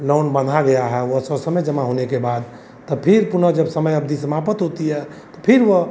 loan बंध गया है वह सो समय जमा होने के बाद तब फिर पुनः जब समय अवधी समापत होती है तो फिर वह